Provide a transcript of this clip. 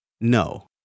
No